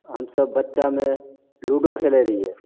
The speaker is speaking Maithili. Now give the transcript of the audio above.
हमसब बच्चामे लुडो खेलय रहियइ